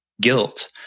guilt